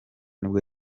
nibwo